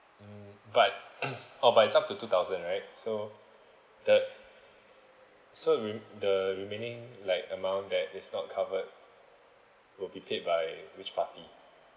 mm but oh but it's up to two thousand right so the so the remaining like amount that is not covered will be paid by which party